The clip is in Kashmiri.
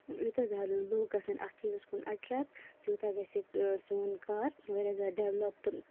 یوٗتاہ زیادٕ لوٗکھ گژھن اَتھ چیٖزَس کُن اٹریکٹ تیوٗتاہ گژھِ سون کار واریاہ زیادٕ ڈیولَپ تہٕ